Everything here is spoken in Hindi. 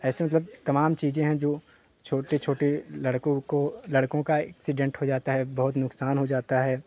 ऐसे मतलब तमाम चीज़ें हैं जो छोटे छोटे लड़कों को लड़कों का एक्सीडेंट हो जाता है बहुत नुकसान हो जाता है